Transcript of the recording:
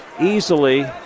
easily